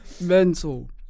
Mental